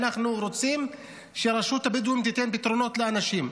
אנחנו רוצים שרשות הבדואים תיתן פתרונות לאנשים.